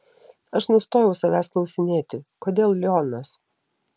aš nustojau savęs klausinėti kodėl lionas